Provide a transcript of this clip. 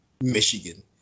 Michigan